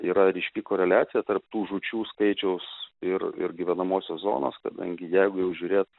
yra ryški koreliacija tarp tų žūčių skaičiaus ir ir gyvenamosios zonos kadangi jeigu jau žiūrėt